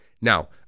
Now